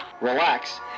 relax